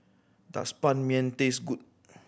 does Ban Mian taste good